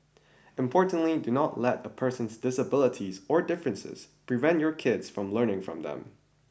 importantly do not let a person's disabilities or differences prevent your kids from learning from them